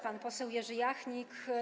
Pan poseł Jerzy Jachnik.